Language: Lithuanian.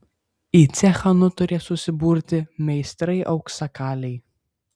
į cechą nutarė susiburti meistrai auksakaliai